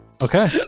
Okay